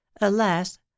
Alas